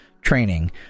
Training